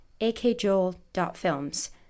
akjoel.films